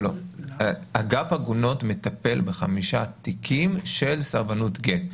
אגף עגונות מטפל ב-5 תיקים של סרבנות גט.